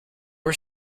are